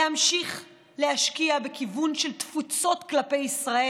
להמשיך להשקיע בכיוון של תפוצות כלפי ישראל,